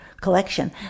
collection